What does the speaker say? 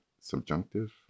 subjunctive